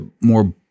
more